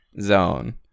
zone